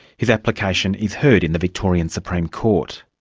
his application is heard in the victorian supreme court.